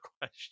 question